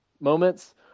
moments